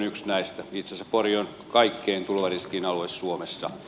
itse asiassa pori on kaikkein tulvariskialttein alue suomessa